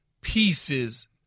pieces